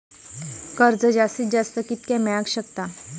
कर्ज जास्तीत जास्त कितक्या मेळाक शकता?